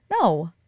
No